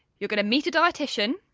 you're gonna meet a dietician,